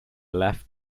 left